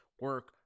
Work